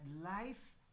life